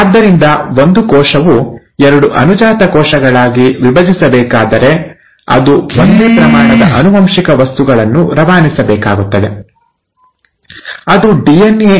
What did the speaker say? ಆದ್ದರಿಂದ ಒಂದು ಕೋಶವು ಎರಡು ಅನುಜಾತ ಕೋಶಗಳಾಗಿ ವಿಭಜಿಸಬೇಕಾದರೆ ಅದು ಒಂದೇ ಪ್ರಮಾಣದ ಆನುವಂಶಿಕ ವಸ್ತುಗಳನ್ನು ರವಾನಿಸಬೇಕಾಗುತ್ತದೆ ಅದು ಡಿಎನ್ಎ